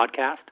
podcast